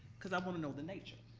cause i wanna know the nature.